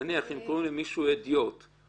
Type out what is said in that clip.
רבותיי, הגענו לקו של הפיצול.